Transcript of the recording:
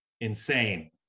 insane